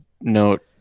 note